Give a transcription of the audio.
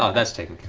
ah that's taken